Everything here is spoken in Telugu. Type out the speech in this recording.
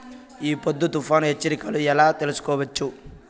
ఈ పొద్దు తుఫాను హెచ్చరికలు ఎలా తెలుసుకోవచ్చు?